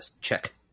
check